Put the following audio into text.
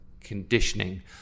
conditioning